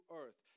earth